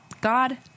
God